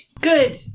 good